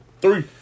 Three